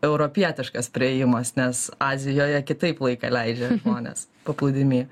europietiškas priėjimas nes azijoje kitaip laiką leidžia žmonės paplūdimy